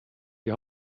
die